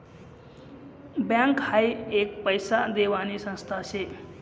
bank हाई एक पैसा देवानी संस्था शे